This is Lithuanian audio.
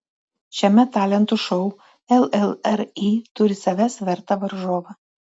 šiame talentų šou llri turi savęs vertą varžovą